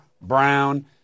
brown